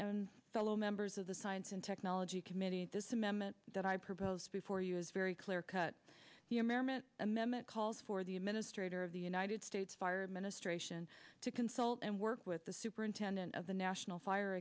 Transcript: and fellow members of the science and technology committee this amendment that i propose for you is very clear cut amendment calls for the administrator of the united states fire ministration to consult and work with the superintendent of the national fire